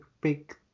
big